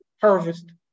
harvest